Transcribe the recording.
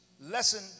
lesson